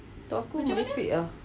untuk aku merepek ah